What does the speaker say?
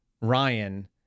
Ryan